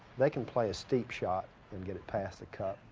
they can play a steep shot and get it passed the cup.